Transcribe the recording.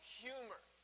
humor